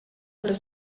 per